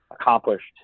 accomplished